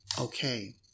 Okay